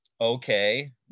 okay